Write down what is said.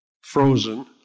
frozen